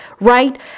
right